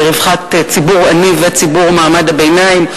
לרווחת ציבור עני וציבור מעמד הביניים.